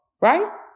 right